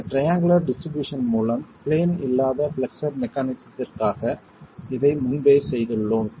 இந்த triangular distribution மூலம் plane இல்லாத பிளக்ஸர் மெக்கானிஸத்திற்காக இதை முன்பே செய்துள்ளோம்